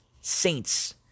Saints